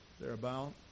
thereabout